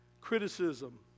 Criticism